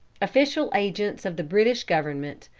official agents of the british government,